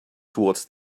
towards